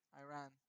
Iran